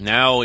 Now